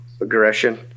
aggression